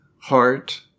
heart